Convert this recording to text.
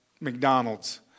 McDonald's